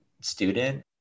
student